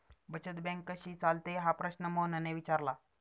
बचत बँक कशी चालते हा प्रश्न मोहनने विचारला?